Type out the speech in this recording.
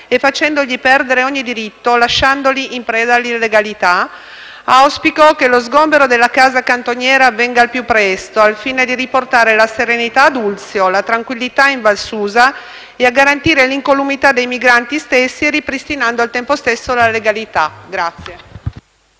e facendo perdere loro ogni diritto, lasciandoli in preda all'illegalità, auspico che lo sgombero della casa cantoniera avvenga al più presto, al fine di riportare la serenità a Oulx e la tranquillità in Valsusa e di garantire l'incolumità dei migranti stessi, ripristinando al tempo stesso la legalità.